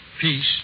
peace